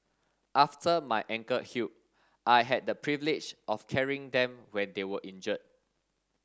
after my ankle healed I had the privilege of carrying them when they were injured